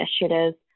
initiatives